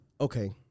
Okay